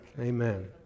Amen